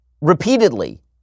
repeatedly